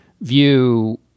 view